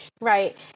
right